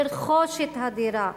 לרכוש את הדירה.